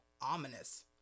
Ominous